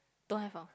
don't have ah